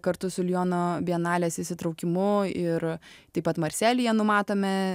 kartu su liono bienalės įsitraukimu ir taip pat marselyje numatome